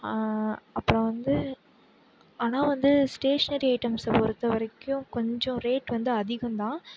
அப்புறம் வந்து ஆனால் வந்து ஸ்டேஷ்னரி ஐட்டம்ஸ் பொறுத்த வரைக்கும் கொஞ்சம் ரேட் வந்து அதிகந்தான்